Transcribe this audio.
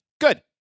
good